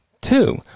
two